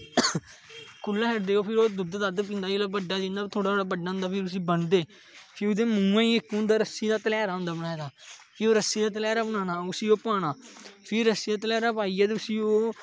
खुल्ला छडदे फ्ही ओह् दुद्ध दद्ध पींदा जिसलै बड्डा जियां थोह्डा थोह्ड़ा बड्डा होंदा फिर उसी बनदे फ्ही ओहदे मूहैं च होंदा रस्सी दा तल्हैरा होंदा बनाए दा फिर रस्सी दा तल्हैरा बनाना फिर ओह् पाना फिर रस्सी दा तल्हैरा पाइयै उसी ओह्